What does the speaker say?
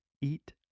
Eat